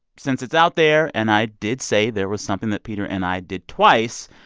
since it's out there, and i did say there was something that peter and i did twice,